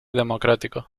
democrático